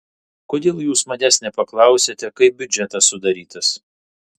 kodėl jūs manęs nepaklausėte kaip biudžetas sudarytas